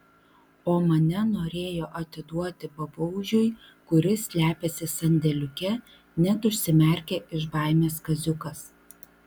o mane norėjo atiduoti babaužiui kuris slepiasi sandėliuke net užsimerkė iš baimės kaziukas